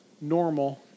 normal